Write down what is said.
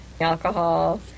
alcohol